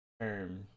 term